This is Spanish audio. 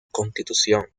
constitución